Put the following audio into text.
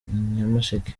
nyamasheke